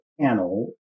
panel